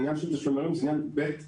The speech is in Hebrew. עניין תשלומי הורים הוא עניין בית ספרי,